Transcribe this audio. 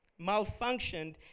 malfunctioned